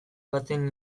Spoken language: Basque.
baten